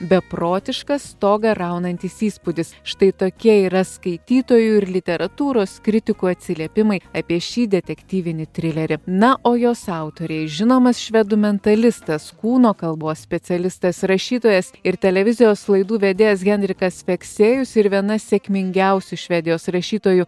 beprotiškas stogą raunantis įspūdis štai tokie yra skaitytojų ir literatūros kritikų atsiliepimai apie šį detektyvinį trilerį na o jos autoriai žinomas švedų mentalistas kūno kalbos specialistas rašytojas ir televizijos laidų vedėjas henrikas feksėjus ir viena sėkmingiausių švedijos rašytojų